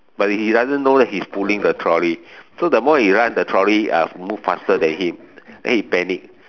but he doesn't know that he's pulling the trolley so the more he run the trolley ah move faster than him then he panic